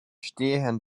stehen